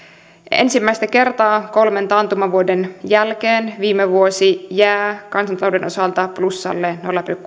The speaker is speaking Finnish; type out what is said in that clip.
ensimmäistä kertaa kolmen taantumavuoden jälkeen viime vuosi jää kansantalouden osalta plussalle nolla pilkku